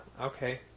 okay